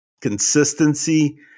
Consistency